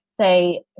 say